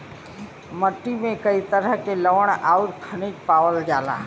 मट्टी में कई तरह के लवण आउर खनिज पावल जाला